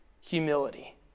humility